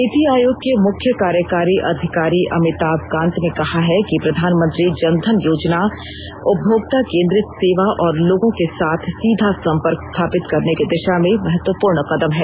नीति आयोग के मुख्य कार्यकारी अधिकारी अमिताभ कांत ने कहा है कि प्रधानमंत्री जनधन योजना उपभोक्ता केन्द्रित सेवा और लोगों के साथ सीधा संपर्क स्थापित करने की दिशा में महत्वपूर्ण कदम है